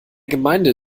gemeinde